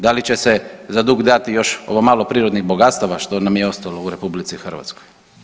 Da li će se za dug dati još ovo malo prirodnih bogatstava što nam je ostalo u RH?